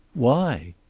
why?